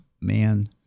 man